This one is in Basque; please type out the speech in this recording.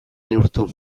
neurtu